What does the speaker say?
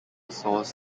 sauce